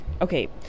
Okay